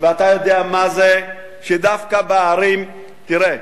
ואתה יודע מה זה שדווקא בערים, תראה,